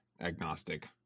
agnostic